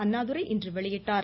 அண்ணாதுரை இன்று வெளியிட்டார்